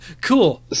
Cool